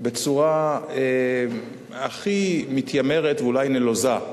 בצורה הכי מתיימרת, ואולי נלוזה,